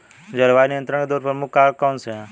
जलवायु नियंत्रण के दो प्रमुख कारक कौन से हैं?